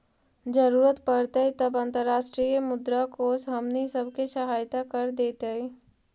जरूरत पड़तई तब अंतर्राष्ट्रीय मुद्रा कोश हमनी सब के सहायता कर देतई